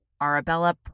arabella